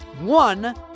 one